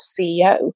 CEO